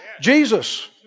Jesus